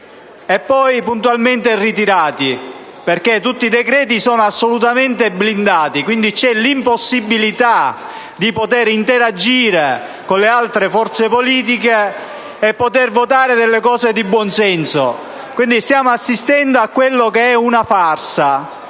e poi puntualmente ritirati, perche´ tutti i decreti sono assolutamente blindati. C’el’impossibilita di poter interagire con le altre forze politiche e poter votare delle cose di buonsenso. Stiamo assistendo ad una farsa.